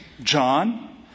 John